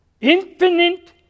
infinite